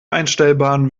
einstellbaren